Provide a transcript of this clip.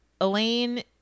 Elaine